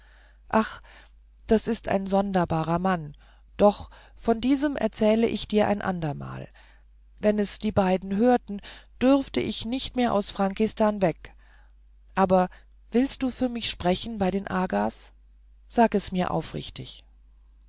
ach das ist ein sonderbarer mann doch von diesem erzähle ich dir ein andermal wenn es die beiden hörten dürfte ich nicht mehr aus frankistan weg aber willst du für mich sprechen bei den agas sage es mir aufrichtig